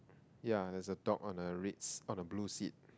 yeah there's a top on the red on the blue seat